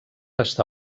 està